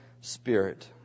spirit